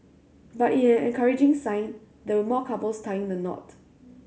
but in an encouraging sign there were more couples tying the knot